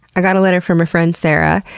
i got a letter from a friend, sara,